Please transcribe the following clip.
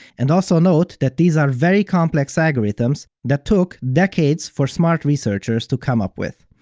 and also note that these are very complex algorithms that took decades for smart researchers to come up with.